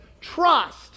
trust